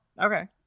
Okay